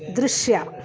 ದೃಶ್ಯ